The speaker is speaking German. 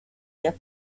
der